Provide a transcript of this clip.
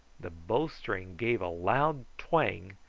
the bow-string gave a loud twang,